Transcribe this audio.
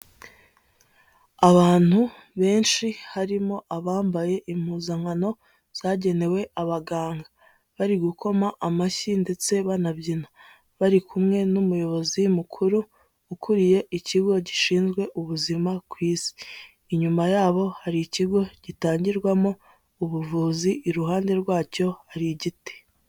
Abantu benshi harimo abambaye impuzankano zagenewe abaganga bari gukoma amashyi ndetse banabyina, bari kumwe n'Umuyobozi Mukuru ukuriye Ikigo Gishinzwe Ubuzima ku isi, inyuma yabo hari ikigo gitangirwamo ubuvuzi iruhande rwacyo hari igiti.